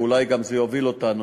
ואולי זה גם יוביל אותנו,